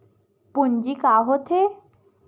पूंजी का होथे?